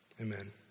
Amen